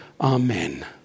Amen